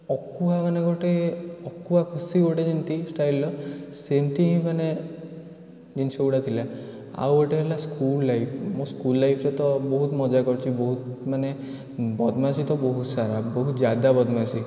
ଅକୁହା ମାନେ ଗୋଟେ ଅକୁହା ଖୁସି ଗୋଟେ ଯେମିତି ଷ୍ଟାଇଲ୍ର ସେମିତି ହିଁ ମାନେ ଜିନିଷଗୁଡ଼ା ଥିଲା ଆଉ ଗୋଟେ ହେଲା ସ୍କୁଲ୍ ଲାଇଫ୍ ମୋ ସ୍କୁଲ୍ ଲାଇଫ୍ରେ ତ ବହୁତ ମଜା କରିଛି ବହୁତ ମାନେ ବଦମାସୀ ତ ବହୁତ ସାରା ବହୁ ଜ୍ୟାଦା ବଦମାସୀ